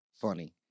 funny